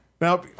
Now